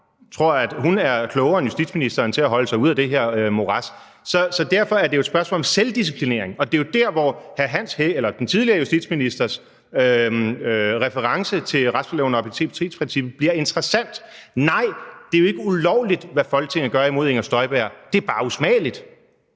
Jeg tror, hun er klogere end justitsministeren til at holde sig ude af det her morads. Så derfor er det jo et spørgsmål om selvdisciplinering, og det er jo der, hvor den tidligere justitsministers reference til retsplejeloven og objektivitetsprincippet bliver interessant. Nej, det er jo ikke ulovligt, hvad Folketinget gør imod Inger Støjberg, det er bare usmageligt.